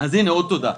אז הנה, עוד תודה.